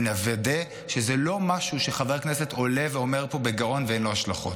נוודא שזה לא משהו שחבר כנסת עולה ואומר פה בגאון ואין לו השלכות.